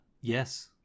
yes